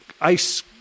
ice